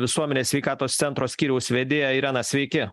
visuomenės sveikatos centro skyriaus vedėja irena sveiki